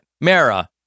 Mara